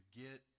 get